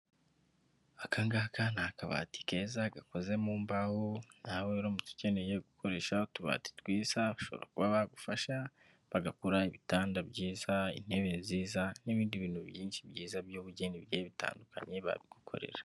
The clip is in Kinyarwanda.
Aka ngaka ni akabati keza, gakoze mu mbaho, nawe uramutse ukeneye gukoresha utubati twiza, bashobora kuba bagufasha, bagakora ibitanda byiza, intebe nziza, n'ibindi bintu byinshi byiza by'ubugeni bigiye bitandukanye babigukorera.